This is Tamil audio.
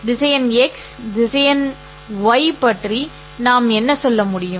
திசையன் ́x திசையன் abouty பற்றி நாம் என்ன சொல்ல முடியும்